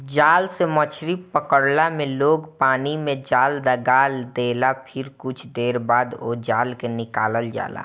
जाल से मछरी पकड़ला में लोग पानी में जाल लगा देला फिर कुछ देर बाद ओ जाल के निकालल जाला